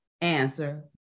answer